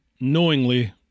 knowingly